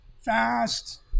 fast